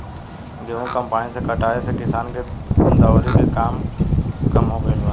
गेंहू कम्पाईन से कटाए से किसान के दौवरी के काम कम हो गईल बा